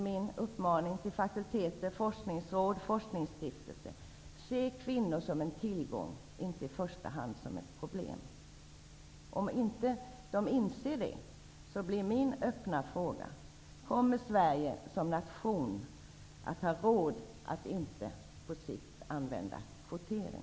Min uppmaning till fakulteter, forskningsråd och forskningsstiftelser blir: Se kvinnor som en tillgång, inte i första hand som ett problem! Om de inte inser detta blir min öppna fråga: Kommer Sverige som nation att ha råd att inte på sikt använda kvotering?